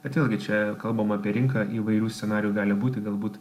bet vėlgi čia kalbam apie rinką įvairių scenarijų gali būti galbūt